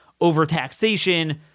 overtaxation